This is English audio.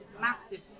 massive